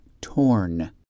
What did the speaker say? torn